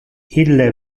ille